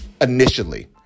initially